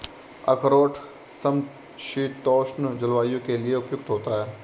अखरोट समशीतोष्ण जलवायु के लिए उपयुक्त होता है